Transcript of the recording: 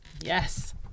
Yes